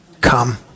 Come